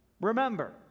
remember